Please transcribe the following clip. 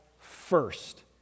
first